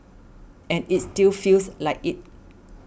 and it still feels like it